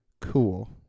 Cool